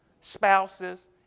spouses